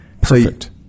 perfect